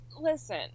Listen